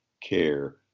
care